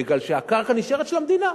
בגלל שהקרקע נשארת של המדינה.